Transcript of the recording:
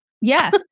Yes